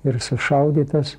ir sušaudytas